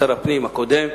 שר הפנים הקודם,